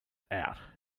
out